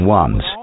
ones